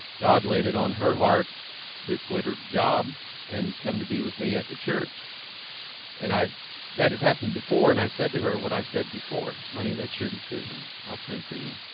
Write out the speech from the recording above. god laid it on her heart to quit her job and come to be with me at the church and i that had happened before and i said to her what i said before honey. that's your decision. i'll pray for you